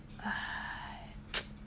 !hais!